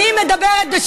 את מדברת על סרט שלא ראית.